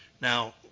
Now